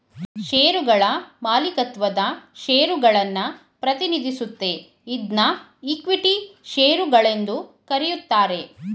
ಶೇರುಗಳ ಮಾಲೀಕತ್ವದ ಷೇರುಗಳನ್ನ ಪ್ರತಿನಿಧಿಸುತ್ತೆ ಇದ್ನಾ ಇಕ್ವಿಟಿ ಶೇರು ಗಳೆಂದು ಕರೆಯುತ್ತಾರೆ